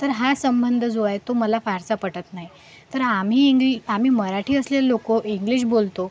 तर हा संबंध जो आहे तो मला फारसा पटत नाही तर आम्ही इंग्ली आम्ही मराठी असलेले लोक इंग्लिश बोलतो